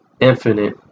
infinite